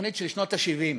"שנות ה-70",